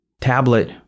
tablet